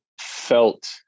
felt